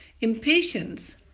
Impatience